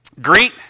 Greet